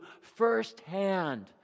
firsthand